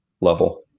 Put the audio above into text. level